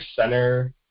center